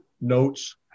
notes